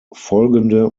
folgende